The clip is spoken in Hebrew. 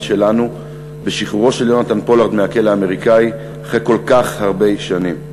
שלנו בשחרורו של יונתן פולארד מהכלא האמריקני אחרי כל כך הרבה שנים.